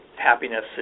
happiness